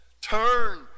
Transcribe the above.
turn